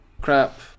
crap